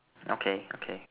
okay okay